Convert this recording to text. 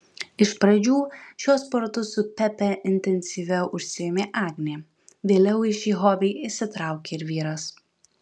iš pradžių šiuo sportu su pepe intensyviau užsiėmė agnė vėliau į šį hobį įsitraukė ir vyras